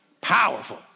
Powerful